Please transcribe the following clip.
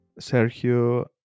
Sergio